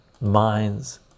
Minds